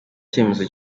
icyemezo